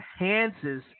enhances